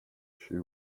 she